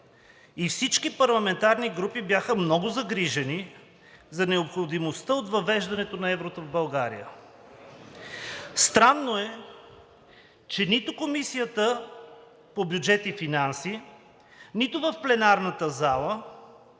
и всички парламентарни групи бяха много загрижени за необходимостта от въвеждането на еврото в България. Странно е, че нито Комисията по бюджет и финанси, нито в пленарната зала